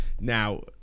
now